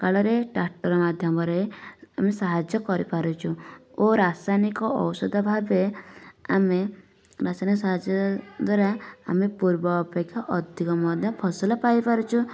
କାଳରେ ଟ୍ରାକ୍ଟର ମାଧ୍ୟମରେ ଆମେ ସାହାଯ୍ୟ କରିପାରୁଛୁ ଓ ରାସାୟନିକ ଔଷଧ ଭାବରେ ଆମେ ମେସିନ୍ ସାହାଯ୍ୟ ଦ୍ୱାରା ଆମେ ପୂର୍ବ ଅପେକ୍ଷା ଅଧିକ ମଧ୍ୟ ଫସଲ ପାଇପାରୁଛୁ